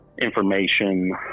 information